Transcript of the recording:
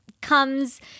comes